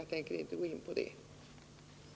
Jag tänker inte gå närmare in på det.